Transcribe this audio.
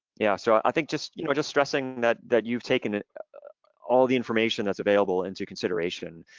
yeah, so i think just you know just stressing that that you've taken all the information that's available into consideration,